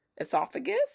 Esophagus